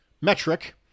metric